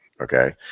Okay